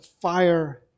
fire